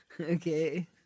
Okay